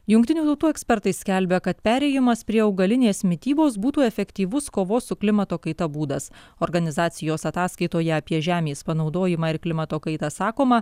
jungtinių tautų ekspertai skelbia kad perėjimas prie augalinės mitybos būtų efektyvus kovos su klimato kaita būdas organizacijos ataskaitoje apie žemės panaudojimą ir klimato kaitą sakoma